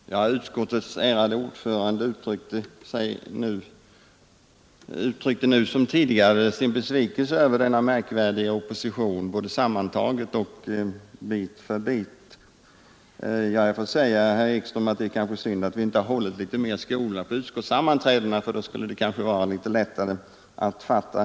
Herr talman! Utskottets ärade ordförande uttryckte nu som tidigare sin besvikelse över denna märkvärdiga opposition, både som sammantager sådan och partierna vart för sig. Jag får säga till herr Ekström att det kanske är synd att vi inte har hållit mer skola på utskottssammanträdena — då skulle det kanske vara litet lättare att förstå.